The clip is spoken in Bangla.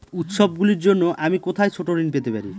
উত্সবগুলির জন্য আমি কোথায় ছোট ঋণ পেতে পারি?